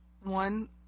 one